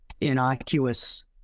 innocuous